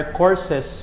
courses